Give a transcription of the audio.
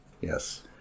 Yes